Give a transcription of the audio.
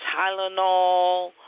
Tylenol